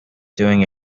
doing